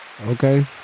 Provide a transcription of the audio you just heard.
Okay